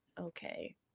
okay